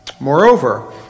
Moreover